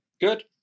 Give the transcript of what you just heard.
good